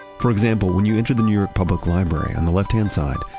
for example, when you enter the new york public library, on the left hand side,